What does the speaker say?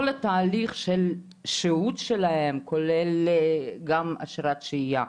כל התהליך של השהות שלהם, כולל גם אשרת שהייה.